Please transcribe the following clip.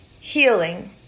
healing